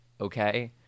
Okay